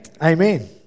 Amen